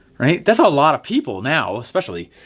right? that's a lot of people now especially.